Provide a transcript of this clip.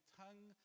tongue